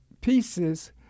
pieces